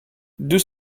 deux